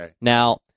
Now